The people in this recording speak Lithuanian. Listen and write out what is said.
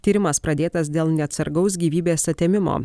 tyrimas pradėtas dėl neatsargaus gyvybės atėmimo